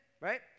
right